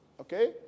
Okay